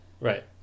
Right